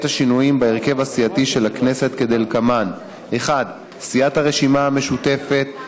את השינויים בהרכב הסיעתי של הכנסת כדלקמן: 1. סיעת הרשימה המשותפת,